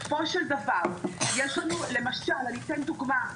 אני אתן דוגמה: